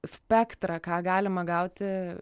spektrą ką galima gauti